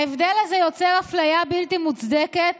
ההבדל הזה יוצר אפליה בלתי מוצדקת